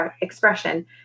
expression